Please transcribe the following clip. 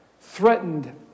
threatened